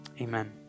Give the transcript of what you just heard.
amen